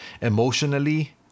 Emotionally